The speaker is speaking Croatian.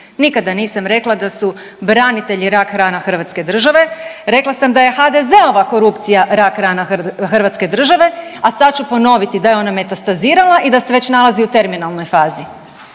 Nikada nisam rekla da su branitelji rak rana Hrvatske države. Rekla sam da je HDZ-ova korupcija rak rana Hrvatske države, a sad ću ponoviti da je ona metastazirala i da se već nalazi u terminalnoj fazi.